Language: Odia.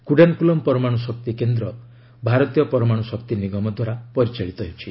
କୁଡାନକୁଲମ୍ ପରମାଣୁ ଶକ୍ତି କେନ୍ଦ୍ର ଭାରତୀୟ ପରମାଣୁ ଶକ୍ତି ନିଗମ ଦ୍ୱାରା ପରିଚାଳିତ ହେଉଛି